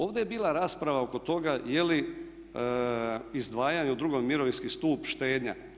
Ovdje je bila rasprava oko toga je li izdvajanje u drugi mirovinski stup štednja?